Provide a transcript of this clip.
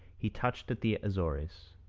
he touched at the azores.